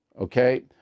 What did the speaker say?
Okay